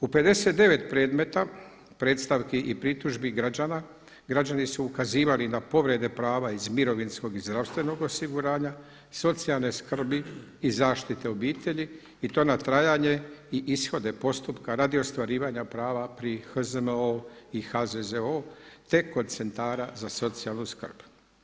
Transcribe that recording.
U 59 predmeta predstavki i pritužbi građana građani su ukazivali na povrede prava iz mirovinskog i zdravstvenog osiguranja, socijalne skrbi i zaštite obitelji i to na trajanje i ishode postupka radi ostvarivanja prava pri HZMO-U i HZZO-u te kod centara za socijalnu skrb.